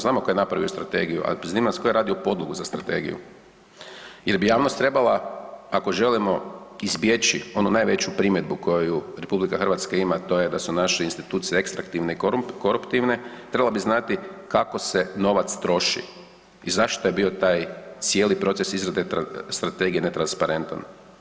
Znamo tko je napravio strategiju, ali zanima nas tko je radio podlogu za strategiju jel bi javnost trebala ako želimo izbjeći onu najveću primjedbu koju RH ima, a to je da su naše institucije restriktivne i koruptivne, trebalo bi znati kako se novac troši i zašto je bio taj cijeli proces izrade strategije netransparentan.